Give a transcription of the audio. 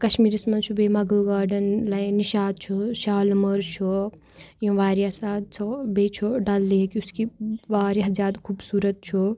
کَشمیٖرَس منٛز چھُ بیٚیہِ مۅغل گارڈَن لایک نِشاط چھُ شالمٲر چھُ یِم واریاہ ساتہٕ چھ بیٚیہِ چھُ ڈَل لیک یُس کہِ واریاہ زیادٕ خوٗبصوٗرت چھُ